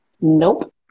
Nope